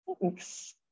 Thanks